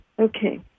Okay